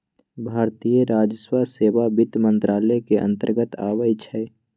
भारतीय राजस्व सेवा वित्त मंत्रालय के अंतर्गत आबइ छै